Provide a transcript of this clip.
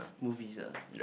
movies ah